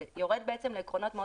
זה יורד בעצם לעקרונות מאוד